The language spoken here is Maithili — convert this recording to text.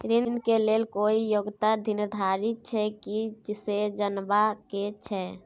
ऋण के लेल कोई योग्यता निर्धारित छै की से जनबा के छै?